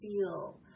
feel